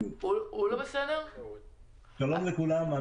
שלום לכולם.